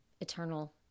eternal